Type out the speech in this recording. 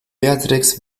beatrix